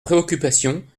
préoccupation